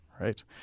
Right